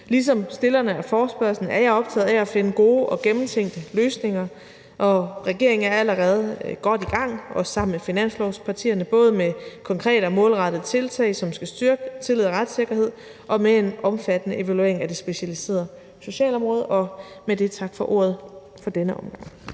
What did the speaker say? Ligesom stillerne af forespørgslen er jeg optaget af at finde gode og gennemtænkte løsninger, og regeringen er allerede godt i gang, også sammen med finanslovspartierne, både med konkrete og målrettede tiltag, som skal styrke tillid og retssikkerhed, og med en omfattende evaluering af det specialiserede socialområde. Med det vil jeg sige tak for ordet for denne omgang.